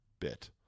bit